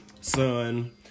son